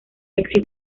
existe